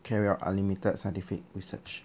to carry out unlimited scientific research